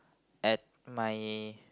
at my